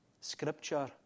scripture